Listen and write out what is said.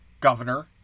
governor